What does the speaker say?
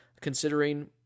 considering